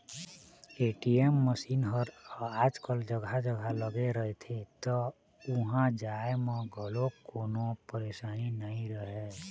ATM machine ह आजकल जघा जघा लगे रहिथे त उहाँ जाए म घलोक कोनो परसानी नइ रहय